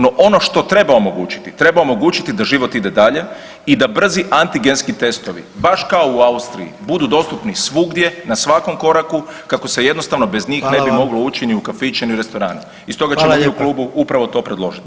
No ono što treba omogućiti, treba omogućiti da život ide dalje i da brzi antigenski testovi baš kao u Austriji budu dostupni svugdje, na svakom koraku kako se jednostavno bez njih ne bi moglo ući ni u kafiće ni u restorane [[Upadica predsjednik: Hvala vam.]] I stoga ćemo mi u klubu upravo to predložiti.